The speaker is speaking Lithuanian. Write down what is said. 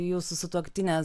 jūsų sutuoktinės